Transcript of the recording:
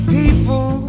people